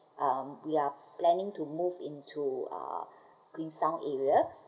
um we are planning to move into uh queenstown area